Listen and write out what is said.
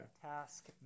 task